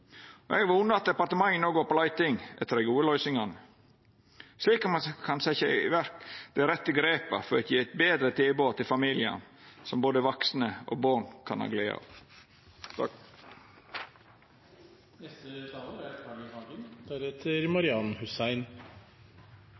at departementet no går på leiting etter dei gode løysingane, slik at ein kan setja i verk dei rette grepa for å gje eit betre tilbod til familiane som både vaksne og born kan ha glede av. Veldig mye i denne innstillingen er